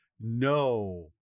no